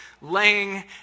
laying